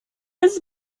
was